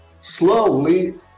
slowly